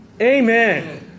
Amen